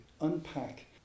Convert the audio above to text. unpack